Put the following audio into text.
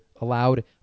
allowed